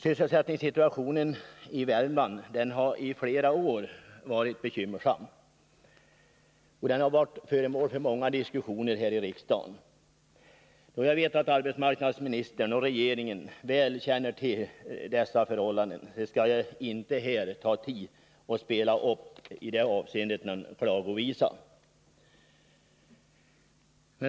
Sysselsättningssituationen i Värmland har i flera år varit bekymmersam, och den har varit föremål för många diskussioner här i riksdagen. Då jag vet att arbetsmarknadsministern och regeringen väl känner till dessa förhållanden, skall jag inte här ta tid i anspråk för att i detta avseende spela upp någon klagovisa.